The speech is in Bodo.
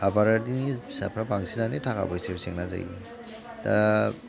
आबादारिनि फिसाफ्रा बांसिनानो थाखा फैसायाव जेंना जायो दा